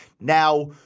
Now